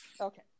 Okay